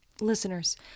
Listeners